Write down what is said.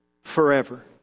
forever